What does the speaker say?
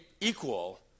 equal